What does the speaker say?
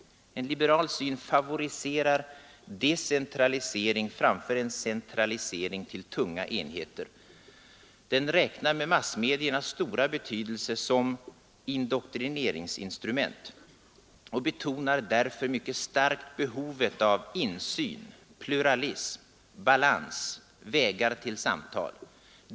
En liberal syn favoriserar decentralisering framför en centralisering till tunga enheter. Den räknar med massmediernas stora betydelse som ”indoktrineringsinstrument” och betonar därför mycket starkt behovet av insyn, pluralism, balans, vägar till samtal.